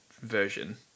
version